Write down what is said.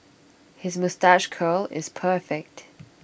his moustache curl is perfect